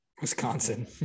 Wisconsin